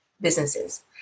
businesses